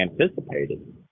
anticipated